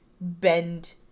bend